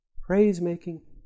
Praise-making